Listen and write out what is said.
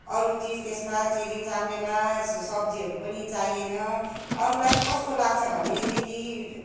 अरू चिज त्यसमा चिनी चाम्रेमा सब्जीहरू पनि चाहिएन अरूलाई चाहिँ कस्तो लाग्छ भनेदेखि